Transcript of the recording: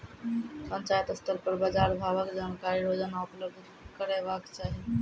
पंचायत स्तर पर बाजार भावक जानकारी रोजाना उपलब्ध करैवाक चाही?